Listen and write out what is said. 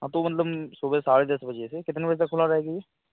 हाँ तो मतलब सुबह साढ़े बजे से कितने बजे तक खुला रहेगी यह